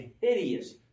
hideous